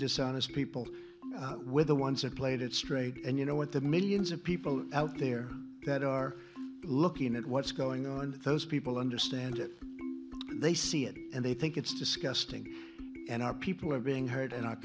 dishonest people with the ones that played it straight and you know what the millions of people out there that are looking at what's going on and those people understand it they see it and they think it's disgusting and our people are being hurt and our